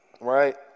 Right